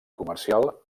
comercial